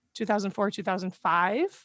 2004-2005